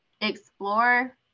explore